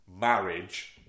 marriage